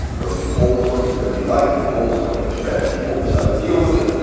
grossman told us what it was going to be like, he told us what to expect, he told us how to deal with it.